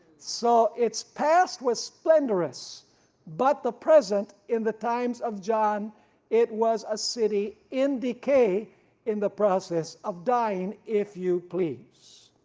so it's past was splendorous but the present in the times of john it was a city in decay in the process of dying, if you please.